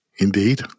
Indeed